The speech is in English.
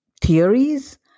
theories